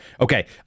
Okay